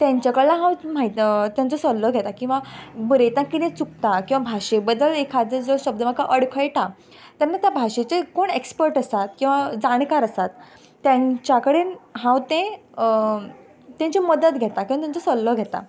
तांचे कडल्यान हांव माहिती तांचो सल्लो घेता किंवां बरयतना किदें चुकता किंवां भाशे बद्दल एखादो जर शब्द म्हाका अडखळटा तेन्ना तो भाशेचेर कोण एक्सर्ट आसात किंवां जाणकार आसात त्यांची तांचे कडेन हांव तें तांची मदत घेता तांचो सल्लो घेता